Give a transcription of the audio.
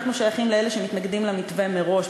אנחנו שייכים לאלה שמתנגדים למתווה מראש,